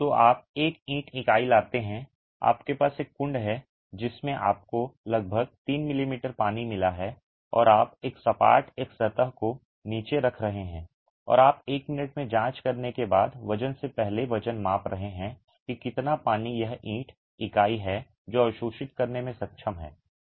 तो आप एक ईंट इकाई लाते हैं आपके पास एक कुंड है जिसमें आपको लगभग 3 मिमी पानी मिला है और आप एक सपाट एक सतह को नीचे रख रहे हैं और आप 1 मिनट में जांच करने के बाद वजन से पहले वजन माप रहे हैं कि कितना पानी यह ईंट इकाई है जो अवशोषित करने में सक्षम है